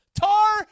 tar